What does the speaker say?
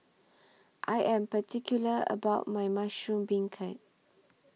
I Am particular about My Mushroom Beancurd